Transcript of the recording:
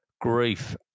grief